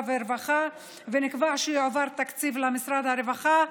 והרווחה ונקבע שיועבר תקציב למשרד הרווחה,